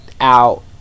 out